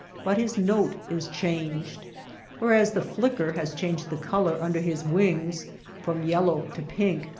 but his note is changed whereas the flicker has changed the color under his wings from yel low to pink,